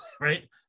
Right